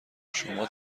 شما